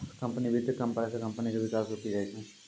company वित्त कम पड़ै से कम्पनी के विकास रुकी जाय छै